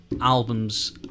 albums